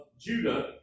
Judah